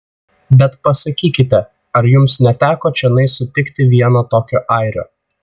bet pasakykite ar jums neteko čionai sutikti vieno tokio airio